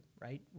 right